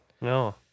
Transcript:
No